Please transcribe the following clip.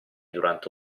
durante